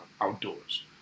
outdoors